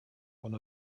one